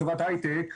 בחברת ההייטק,